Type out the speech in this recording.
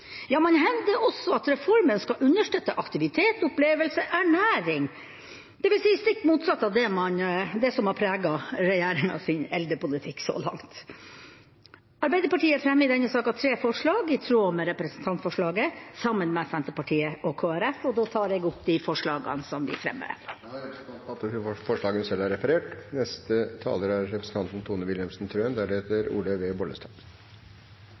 Ja, man hevder også at reformen skal understøtte aktivitet, opplevelse og ernæring – dvs. stikk motsatt av det som har preget regjeringens eldrepolitikk så langt. Arbeiderpartiet fremmer i denne saka tre forslag i tråd med representantforslaget, sammen med Senterpartiet og Kristelig Folkeparti, og jeg tar opp de forslagene. Representanten Tove Karoline Knutsen har tatt opp forslagene hun refererte til. Det er